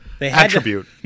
attribute